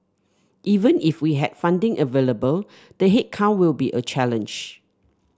even if we had funding available the headcount will be a challenge